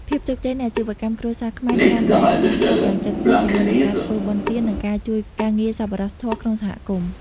ភាពជោគជ័យនៃអាជីវកម្មគ្រួសារខ្មែរ ច្រើនតែផ្សារភ្ជាប់យ៉ាងជិតស្និទ្ធជាមួយនឹងការធ្វើបុណ្យទាន និងការជួយការងារសប្បុរសធម៌ក្នុងសហគមន៍។